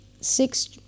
six